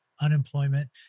unemployment